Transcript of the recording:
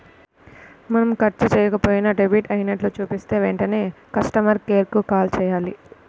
మనం ఖర్చు చెయ్యకపోయినా డెబిట్ అయినట్లు చూపిస్తే వెంటనే కస్టమర్ కేర్ కు కాల్ చేయాలి